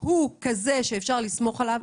הוא כזה שאפשר לסמוך עליו?